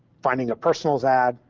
finding a personal ad.